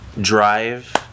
Drive